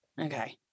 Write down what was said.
Okay